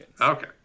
Okay